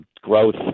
growth